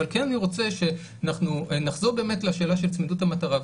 אבל כן אני רוצה שאנחנו נחזור באמת לשאלה של צמידות המטרה,